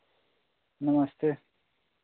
नमस्ते